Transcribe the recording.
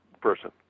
person